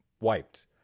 wiped